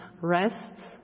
rests